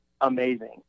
amazing